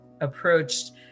approached